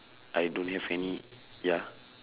I don't have any ya